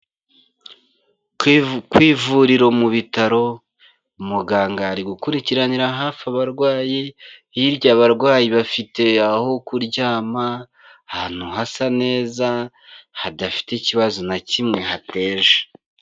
Ku ivu, ku ivuriro mu bitaro umuganga ari gukurikiranira hafi abarwayi, hirya abarwayi bafite aho kuryama ahantu hasa neza hadafite ikibazo na kimwe hateje.